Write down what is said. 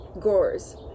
gores